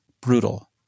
brutal